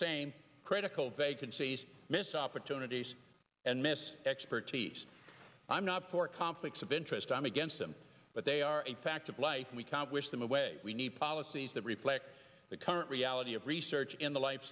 same critical vacancies missed opportunities and miss expertise i'm not for conflicts of interest i'm against them but they are a fact of life we can't wish them away we need policies that reflect the current reality of research in the life